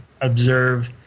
observe